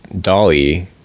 Dolly